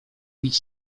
bić